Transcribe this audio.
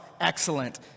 Excellent